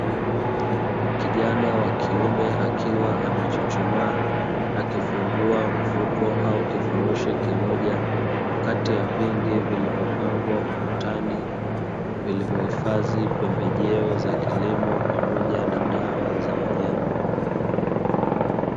Kijana wakiume akiwa amechuchumaa akifunguwa mfuko au kifurushi kimoja kati ya vingi vilivyopangwa ukutani, vilivyohifadhi pembejeo za kilimo pamoja na dawa za wanyama.